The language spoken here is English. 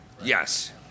Yes